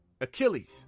Achilles